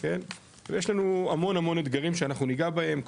ויש לנו המון המון אתגרים שאנחנו ניגע בהם,